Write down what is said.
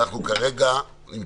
אנחנו נמצאים כרגע בזכותו